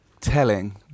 telling